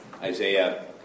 Isaiah